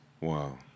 Wow